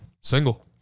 Single